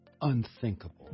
unthinkable